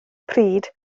pryd